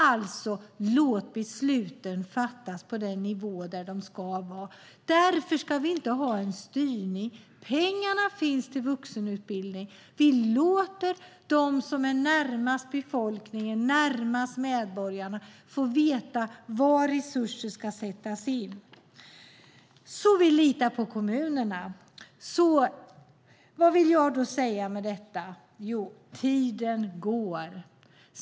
Alltså: Låt besluten fattas på den nivå där de ska vara! Därför ska vi inte ha en styrning. Pengarna finns till vuxenutbildning. Vi låter dem som är närmast befolkningen, närmast medborgarna få veta var resurser ska sättas in. Vi litar på kommunerna. Vad vill jag då säga med detta? Jo, tiden går.